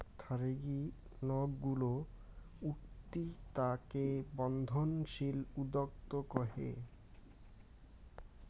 থারিগী নক গুলো উঠতি তাকে বর্ধনশীল উদ্যোক্তা কহে